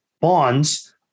bonds